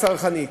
הצרכנים,